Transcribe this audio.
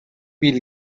بیل